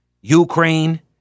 Ukraine